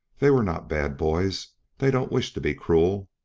they were not bad boys they don't wish to be cruel.